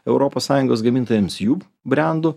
europos sąjungos gamintojams jų brendų